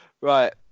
Right